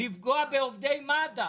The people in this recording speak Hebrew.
לפגוע בעובדי מד"א,